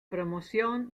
promoción